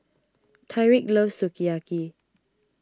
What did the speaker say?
Tyreek loves Sukiyaki